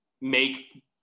make